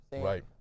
right